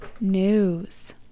news